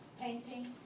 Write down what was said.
painting